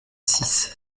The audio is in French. six